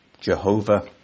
Jehovah